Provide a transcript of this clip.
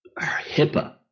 HIPAA